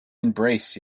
embrace